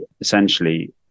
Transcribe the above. essentially